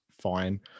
fine